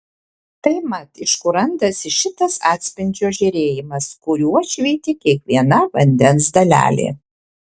tai mat iš kur randasi šitas atspindžio žėrėjimas kuriuo švyti kiekviena vandens dalelė